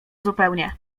zupełnie